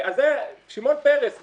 שמעון פרס בעצמו,